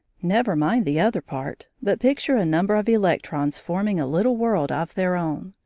never mind the other part, but picture a number of electrons forming a little world of their own.